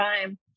time